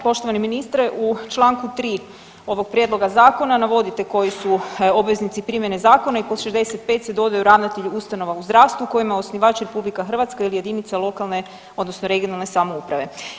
Poštovani ministre, u čl. 3. ovog prijedloga zakona navodite koji su obveznici primjene zakona i kod 65. se dodaju ravnatelji ustanova u zdravstvu kojima je osnivač RH ili jedinica lokalne odnosno regionalne samouprave.